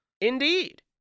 Indeed